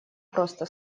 просто